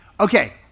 Okay